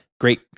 great